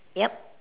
yup